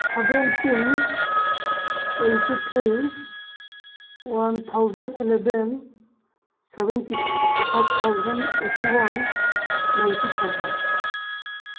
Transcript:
seventy twenty three one thousand eleven seventy five thousand eighty one ninety thousand